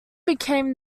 became